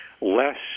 less